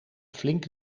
flink